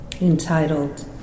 entitled